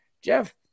Jeff